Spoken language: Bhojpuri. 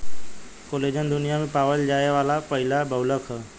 कोलेजन दुनिया में पावल जाये वाला पहिला बहुलक ह